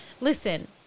listen